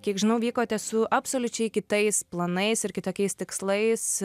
kiek žinau vykote su absoliučiai kitais planais ir kitokiais tikslais